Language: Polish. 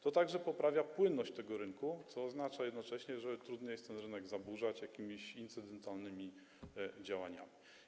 To także poprawia płynność tego rynku, co oznacza jednocześnie, że trudniej jest ten rynek zaburzać jakimiś incydentalnymi działaniami.